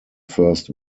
first